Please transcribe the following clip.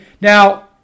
Now